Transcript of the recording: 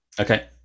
Okay